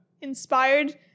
Inspired